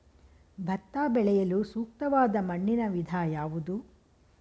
ಭತ್ತ ಬೆಳೆಯಲು ಸೂಕ್ತವಾದ ಮಣ್ಣಿನ ವಿಧ ಯಾವುದು?